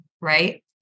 right